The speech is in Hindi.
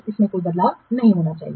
इसमें कोई बदलाव नहीं होना चाहिए